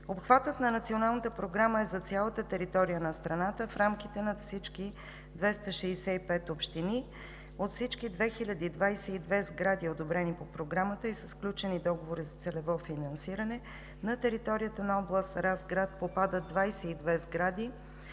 Обхватът на Националната програма е за цялата територия на страната в рамките на всички 265 общини от всички 2022 сгради, одобрени по Програмата, и са сключени договори за целево финансиране. На територията на област Разград попадат 22 сгради,